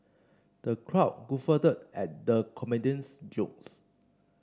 the crowd guffawed at the comedian's jokes